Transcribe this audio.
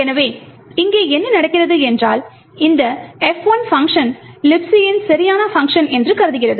எனவே இங்கே என்ன நடக்கிறது என்றால் இந்த F1 பங்க்ஷன் Libc ன் சரியான பங்க்ஷன் என்று கருதுகிறது